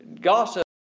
Gossip